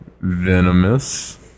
venomous